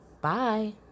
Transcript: Bye